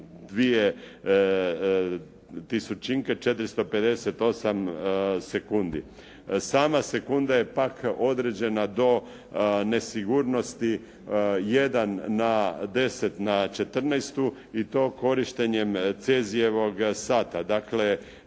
792 tisućinke 458 sekundi. Sama sekunda je pak određena do nesigurnosti jedan na deset na četrnaestu i to korištenjem Celzijevog sata.